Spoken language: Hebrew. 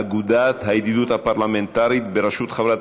אגודת הידידות הפרלמנטרית בראשות חברת